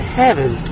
heaven